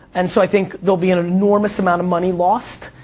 and so i think there'll be an enormous amount of money lost,